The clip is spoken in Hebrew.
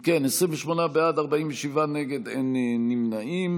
אם כן, 28 בעד, 47 נגד, אין נמנעים.